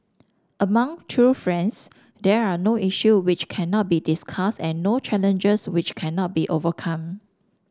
among true friends there are no issue which cannot be discussed and no challenges which cannot be overcome